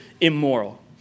immoral